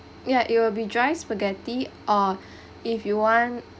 ya it will be dry spaghetti or if you want